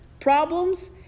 problems